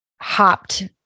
hopped